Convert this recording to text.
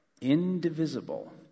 indivisible